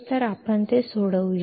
तर आपण ते सोडवूया